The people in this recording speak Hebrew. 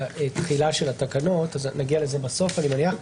התחילה של התקנות שלזה אני מניח נגיע לקראת סוף הדיון.